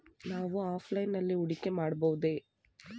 ನಾವು ಆಫ್ಲೈನ್ ನಲ್ಲಿ ಹೂಡಿಕೆ ಮಾಡಬಹುದೇ?